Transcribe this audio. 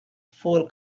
fuel